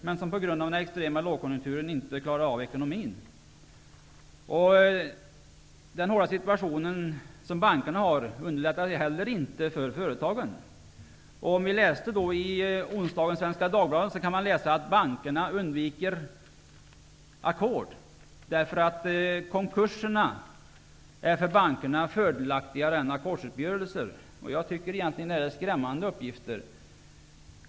Men på grund av den extrema lågkonjunktur som vi befinner oss i har de inte klarat av ekonomin. Den hårda situation som bankerna har underlättar inte heller för företagen. I Svenska Dagbladet från i onsdags kan man läsa att bankerna undviker ackord, därför att konkurserna för bankerna är fördelaktigare än ackordsuppgörelser. Jag tycker egentligen att detta är skrämmande uppgifter.